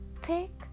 Take